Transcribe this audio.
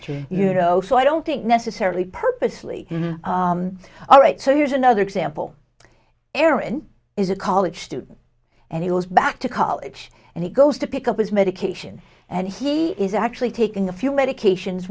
h you know so i don't think necessarily purposely all right so here's another example aaron is a college student and he goes back to college and he goes to pick up his medication and he is actually taking a few medications